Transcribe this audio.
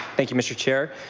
thank you, mr. chair.